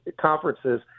conferences